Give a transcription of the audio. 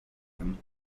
them